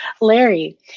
Larry